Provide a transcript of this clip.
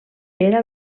era